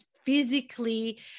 physically